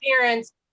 parents